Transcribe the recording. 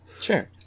sure